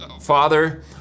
Father